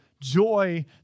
joy